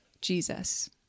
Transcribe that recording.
Jesus